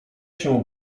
się